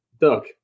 duck